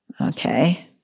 Okay